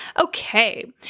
Okay